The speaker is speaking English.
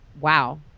wow